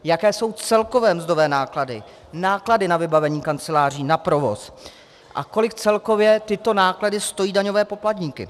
Jaké jsou celkové mzdové náklady, náklady na vybavení kanceláří, na provoz a kolik celkově tyto náklady stojí daňové poplatníky?